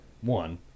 one